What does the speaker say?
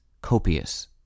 copious